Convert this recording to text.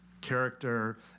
character